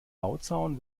bauzaun